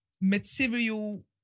material